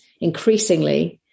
increasingly